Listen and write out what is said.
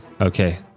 Okay